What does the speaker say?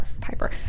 Piper